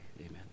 amen